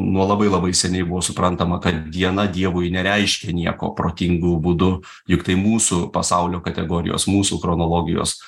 nuo labai labai seniai buvo suprantama kad diena dievui nereiškia nieko protingu būdu juk tai mūsų pasaulio kategorijos mūsų chronologijos